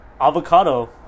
Avocado